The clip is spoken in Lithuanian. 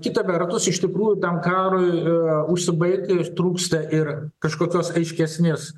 kita vertus iš tikrųjų tam karui užsibaigti ištrūksta ir kažkokios aiškesnės